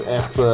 echt